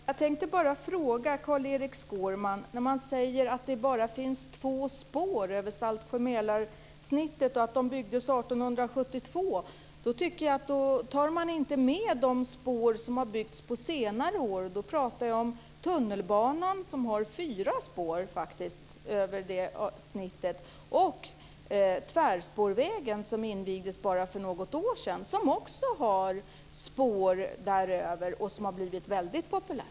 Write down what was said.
Fru talman! Jag tänkte bara ställa en fråga till Carl-Erik Skårman. Han säger att det bara finns två spår över Saltsjö-Mälar-snittet och att de byggdes 1872. Då tar han inte med de spår som har byggts under senare år. Jag pratar då om tunnelbanan, som faktiskt har fyra spår över det snittet, och tvärspårvägen som invigdes för bara något år sedan, som också har spår däröver och som har blivit väldigt populär.